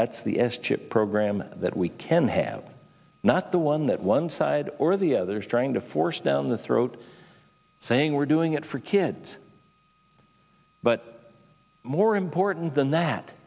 that's the s chip program that we can have not the one that one side or the other is trying to force down the throat saying we're doing it for kids but more important than that